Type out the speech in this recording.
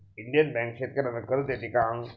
Indian bank शेतकर्यांना कर्ज देते का?